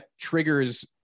triggers